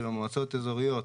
מועצות אזוריות,